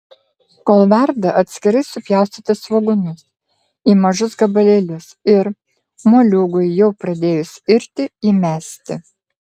kol verda atskirai supjaustyti svogūnus į mažus gabalėlius ir moliūgui jau pradėjus irti įmesti